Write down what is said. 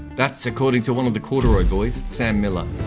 that's according to one of the corduroy boys, sam miller.